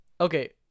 Okay